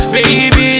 Baby